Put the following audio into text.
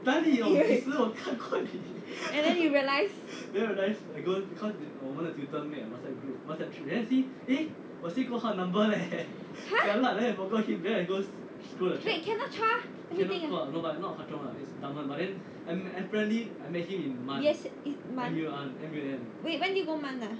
and then you realise !huh! wait kenneth chua yes it's mun